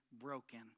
broken